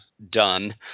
done